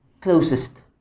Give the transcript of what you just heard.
closest